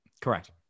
Correct